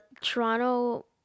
Toronto